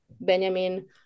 Benjamin